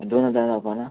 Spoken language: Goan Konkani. दोन हजार जावपा ना